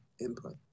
input